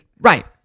Right